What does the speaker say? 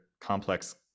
complex